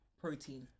protein